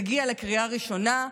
תגיע לקריאה ראשונה,